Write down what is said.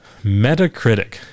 Metacritic